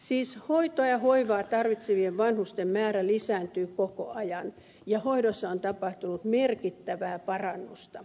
siis hoitoa ja hoivaa tarvitsevien vanhusten määrä lisääntyy koko ajan ja hoidossa on tapahtunut merkittävää parannusta